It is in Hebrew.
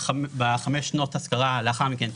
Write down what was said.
בחמש שנות השכרה לאחר מכן,